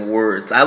words